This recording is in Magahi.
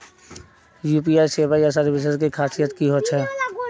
यु.पी.आई सेवाएँ या सर्विसेज की खासियत की होचे?